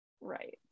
Right